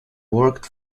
worked